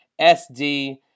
SD